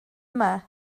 yma